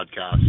podcast